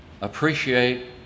appreciate